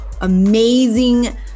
amazing